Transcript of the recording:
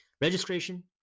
registration